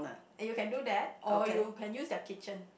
you can do that or you can use their kitchen